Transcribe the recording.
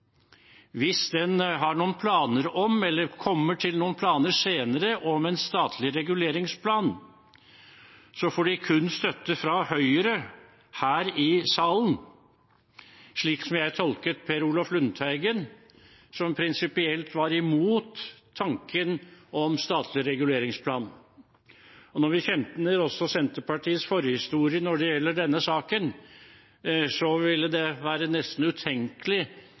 hvis den har noen planer – eller kommer til noen planer senere – om en statlig reguleringsplan, kun får støtte fra Høyre her i salen, slik jeg tolket Per Olaf Lundteigen, som prinsipielt var imot tanken om statlig reguleringsplan. Og når vi kjenner Senterpartiets forhistorie når det gjelder denne saken, ville det være nesten utenkelig